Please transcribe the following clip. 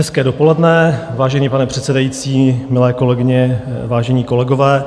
Hezké dopoledne, vážený pane předsedající, milé kolegyně, vážení kolegové.